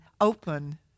open